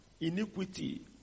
iniquity